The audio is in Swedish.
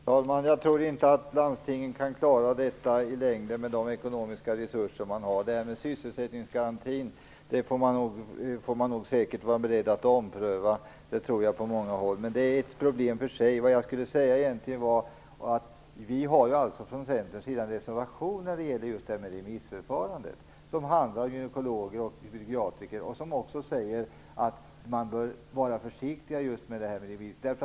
Herr talman! Jag tror inte att landstingen kan klara detta i längden med de ekonomiska resurser man har. Sysselsättningsgarantin får man säkert vara beredd att ompröva på många håll. Det tror jag. Men det är ett problem för sig. Det jag skulle säga var att vi från Centerns sida har en reservation när det gäller remissförfarandet som handlar om gynekologer och psykiatrer och som också säger att man bör vara försiktig med remisser.